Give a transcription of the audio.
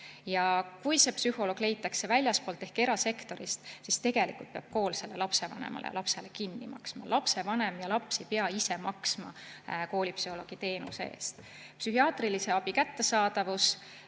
Ja kui see psühholoog leitakse väljastpoolt ehk erasektorist, siis tegelikult peab kool selle lapsevanemale ja lapsele kinni maksma. Lapsevanem ja laps ei pea ise maksma koolipsühholoogi teenuse eest. Psühhiaatrilise abi kättesaadavus.